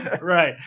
Right